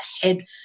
head